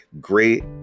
Great